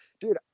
dude